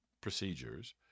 procedures